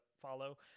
follow